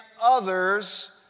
others